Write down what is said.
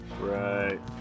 Right